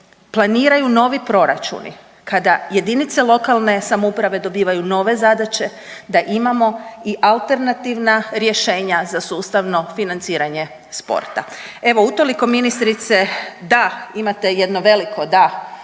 planiraju novi proračuni, kada JLS dobivaju nove zadaće, da imamo i alternativna rješenja za sustavno financiranje sporta. Evo utoliko ministrice da imate jedno veliko da,